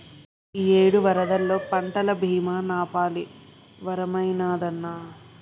ఇయ్యేడు వరదల్లో పంటల బీమా నాపాలి వరమైనాదన్నా